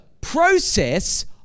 process